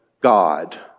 God